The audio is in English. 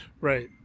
Right